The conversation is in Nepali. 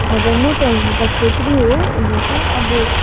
हजुर म त हुन त छेत्री हो हुन त अब